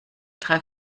drei